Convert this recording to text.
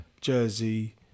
Jersey